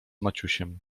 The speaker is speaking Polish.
maciusiem